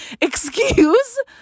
excuse